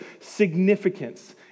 significance